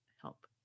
help